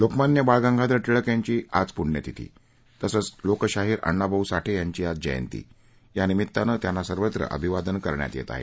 लोकमान्य बाळ गंगाधर टिळक यांची आज पूण्यतिथी तसंच लोकशाहीर अण्णाभाऊ साठे यांची आज जयंती यानिमित्तानं त्यांना सर्वत्र अभिवादन करण्यात येत आहे